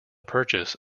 purchase